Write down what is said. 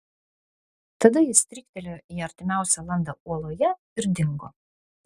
tada jis stryktelėjo į artimiausią landą uoloje ir dingo